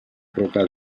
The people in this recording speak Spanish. roca